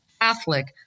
Catholic